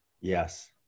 yes